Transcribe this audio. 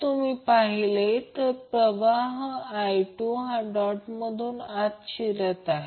तुम्ही पाहिले तर प्रवाह i1 डॉटमधून आत शिरत आहे